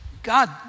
God